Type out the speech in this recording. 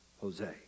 Jose